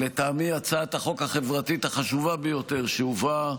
לטעמי, הצעת החוק החברתית החשובה ביותר שהובאה